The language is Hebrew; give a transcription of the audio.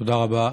תודה רבה.